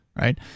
right